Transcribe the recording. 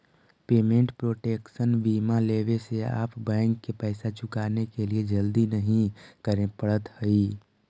payment protection बीमा लेवे से आप बैंक के पैसा चुकाने के लिए जल्दी नहीं करे पड़त हई